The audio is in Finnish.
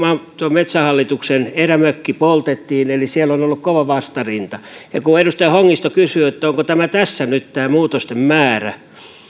metsähallituksen erämökki poltettiin eli siellä on on ollut kova vastarinta kun edustaja hongisto kysyi onko tässä nyt tämä muutosten määrä